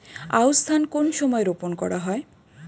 আউশ ধান কোন সময়ে রোপন করা হয়?